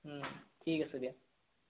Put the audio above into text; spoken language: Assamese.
ঠিক আছে দিয়া